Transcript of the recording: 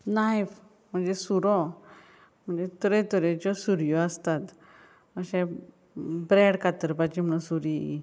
knife म्हणजे सुरो म्हणजे तरे तरेच्यो सुरयो आसतात अशें ब्रॅड कातरपाची म्हुणू सुरी